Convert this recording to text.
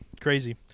Crazy